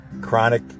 chronic